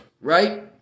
right